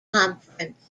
conference